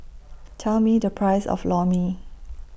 Tell Me The Price of Lor Mee